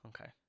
Okay